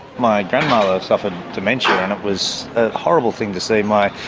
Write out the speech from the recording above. my grandmother suffered dementia and it was a horrible thing to see my